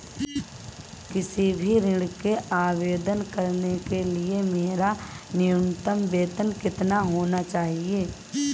किसी भी ऋण के आवेदन करने के लिए मेरा न्यूनतम वेतन कितना होना चाहिए?